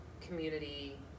community